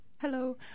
hello